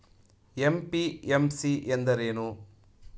MPMC ಎಂದರೇನು?